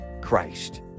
christ